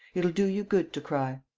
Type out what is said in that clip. it'll do you good to cry.